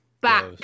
back